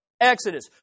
Exodus